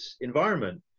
environment